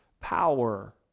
power